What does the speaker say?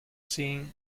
seeing